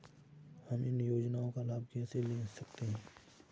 हम इन योजनाओं का लाभ कैसे ले सकते हैं?